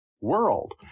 world